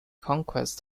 conquest